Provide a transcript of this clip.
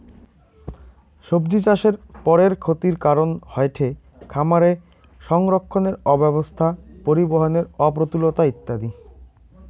সব্জিচাষের পরের ক্ষতির কারন হয়ঠে খামারে সংরক্ষণের অব্যবস্থা, পরিবহনের অপ্রতুলতা ইত্যাদি